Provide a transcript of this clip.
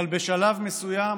אבל בשלב מסוים,